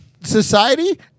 society